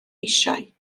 eisiau